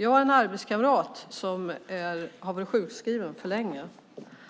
Jag har en arbetskamrat som har varit sjukskriven för länge.